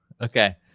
Okay